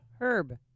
Herb